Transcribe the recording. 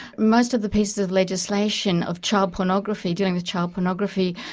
most of the pieces of legislation of child pornography, doing the child pornography,